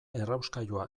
errauskailua